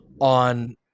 on